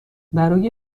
برای